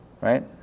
Right